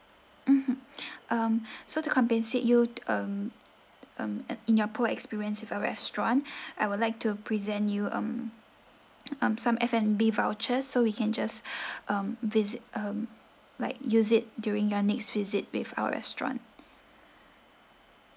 um so to compensate yield um uh in your poor experience with a restaurant I would like to present you um um some f and b vouchers so we can just visit um like use it during your next visit with our restaurant